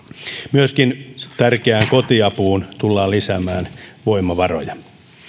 myöskin tärkeään kotiapuun tullaan lisäämään voimavaroja